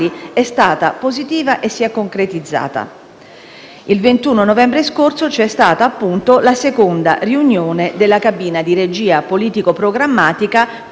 Il 21 novembre scorso c'è stata, appunto, la seconda riunione della cabina di regia politico-programmatica con l'adozione di un primo piano operativo.